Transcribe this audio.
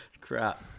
Crap